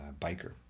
biker